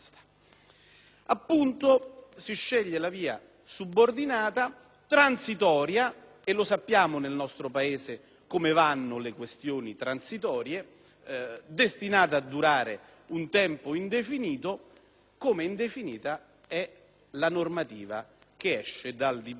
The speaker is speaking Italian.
appunto, la via subordinata, transitoria (e lo sappiamo nel nostro Paese come vanno le questioni transitorie), destinata a durare un tempo indefinito, come indefinita è la normativa che esce dal dibattito